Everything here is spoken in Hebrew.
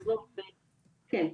כן.